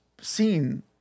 seen